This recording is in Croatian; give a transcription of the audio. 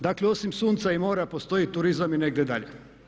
Dakle, osim sunca i mora postoji turizam i negdje dalje.